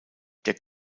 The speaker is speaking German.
der